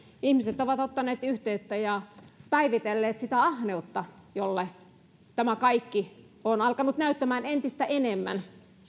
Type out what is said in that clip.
ihmiset ovat ottaneet yhteyttä ja päivitelleet sitä ahneutta jolta tämä kaikki on alkanut näyttämään entistä enemmän